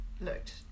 looked